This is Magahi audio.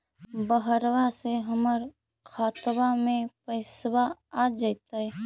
बहरबा से हमर खातबा में पैसाबा आ जैतय?